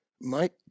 Mike